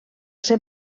ser